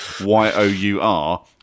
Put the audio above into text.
y-o-u-r